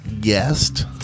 guest